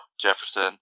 Jefferson